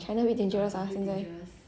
china very dangerous ah 现在